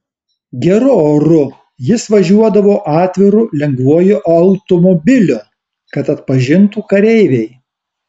geru oru jis važiuodavo atviru lengvuoju automobiliu kad atpažintų kareiviai